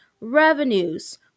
revenues